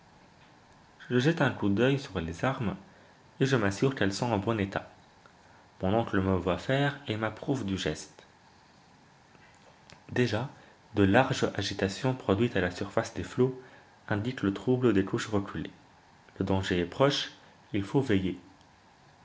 je jette un coup d'oeil sur les armes et je m'assure qu'elles sont en bon état mon oncle me voit faire et m'approuve du geste déjà de larges agitations produites à la surface des flots indiquent le trouble des couches reculées le danger est proche il faut veiller